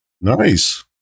nice